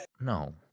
No